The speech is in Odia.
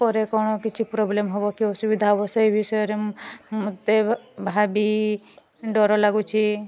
ପରେ କ'ଣ କିଛି ପ୍ରୋବ୍ଲେମ୍ କି ଅସୁବିଧା ହେବ ହେବ ସେଇ ବିଷୟରେ ମୁଁ ମୋତେ ଭାବି ଡର ଲାଗୁଛି